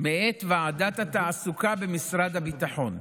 מאת ועדת התעסוקה במשרד הביטחון.